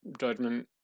judgment